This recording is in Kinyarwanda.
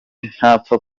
ntapfa